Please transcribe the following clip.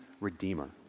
redeemer